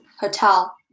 Hotel